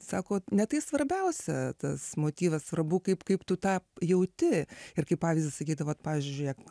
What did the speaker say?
sako ne tai svarbiausia tas motyvas svarbu kaip kaip tu tą jauti ir kaip pavyzdį sakydavo vat pavyzdžiui žiūrėk